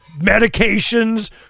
medications